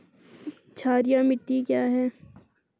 क्षारीय मिट्टी क्या है?